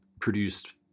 produced